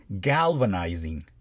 galvanizing